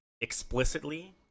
explicitly